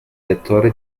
lettore